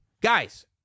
Guys